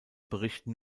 berichten